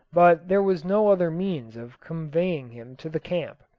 but there was no other means of conveying him to the camp.